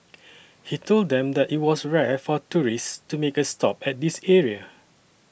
he told them that it was rare for tourists to make a stop at this area